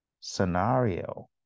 scenario